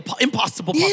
impossible